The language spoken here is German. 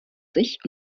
sich